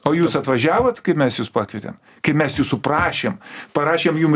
o jūs atvažiavot kai mes jus pakvietėm kai mes jūsų prašėm parašėm jum